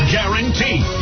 Guaranteed